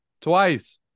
twice